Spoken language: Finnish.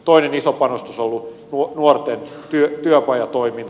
toinen iso panostus on ollut nuorten työpajatoiminta